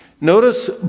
Notice